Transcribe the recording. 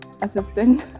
assistant